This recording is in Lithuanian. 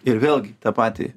ir vėlgi tą patį